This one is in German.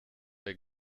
der